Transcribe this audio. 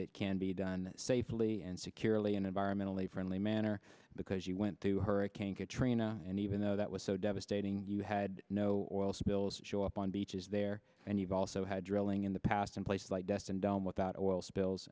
it can be done safely and securely and environmentally friendly manner because you went through hurricane katrina and even though that was so devastating you had no oil spills show up on beaches there and you've also had drilling in the past in places like destin down without oil spills